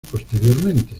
posteriormente